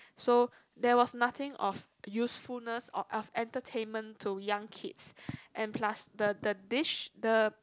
so there was nothing of usefulness or of entertainment to young kids and plus the the dish the